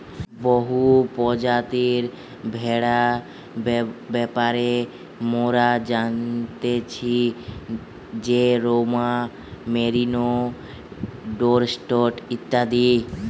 বহু প্রজাতির ভেড়ার ব্যাপারে মোরা জানতেছি যেরোম মেরিনো, ডোরসেট ইত্যাদি